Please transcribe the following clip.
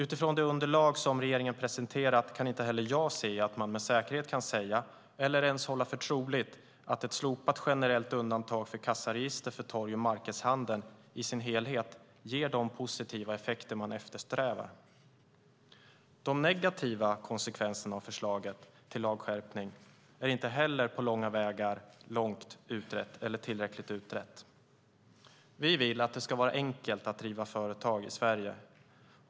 Utifrån det underlag som regeringen har presenterat kan inte heller jag se att man med säkerhet kan säga - eller ens hålla för troligt - att ett slopat generellt undantag för kassaregister för torg och marknadshandeln i dess helhet ger de positiva effekter man eftersträvar. De negativa konsekvenserna av förslaget till lagskärpning är inte heller på långa vägar tillräckligt utredda. Vi vill att det ska vara enkelt att driva företag i Sverige.